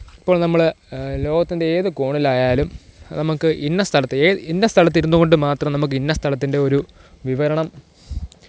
ഇപ്പോൾ നമ്മൾ ലോകത്തിൻ്റെ ഏതു കോണിലായാലും നമുക്ക് ഇന്ന സ്ഥലത്തേക്ക് ഏ ഇന്ന സ്ഥലത്ത് ഇരുന്നു കൊണ്ടു മാത്രം നമുക്ക് ഇന്ന സ്ഥലത്തിൻ്റെ ഒരു വിവരണം